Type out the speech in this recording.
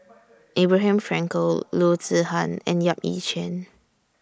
Abraham Frankel Loo Zihan and Yap Ee Chian